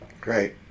Great